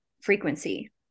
frequency